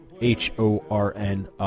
H-O-R-N